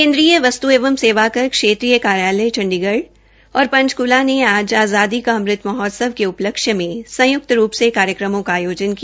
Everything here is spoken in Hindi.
केन्द्रीय वस्तु एवं सेवा कर क्षेत्रीय कार्यालय चंडीगढ़ और पंचक्ला ने आज आज़ादी का अमृत महोत्सव के उपलक्ष्य मे संयुक्त रूप् से कार्यक्रमों का आयोजन किया